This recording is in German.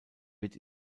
wird